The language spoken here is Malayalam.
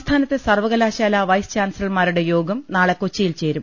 സംസ്ഥാനത്തെ സർവ്വകലാശാലാ വൈസ് ചാൻസലർമാരുടെ യോഗം നാളെ കൊച്ചിയിൽ ചേരും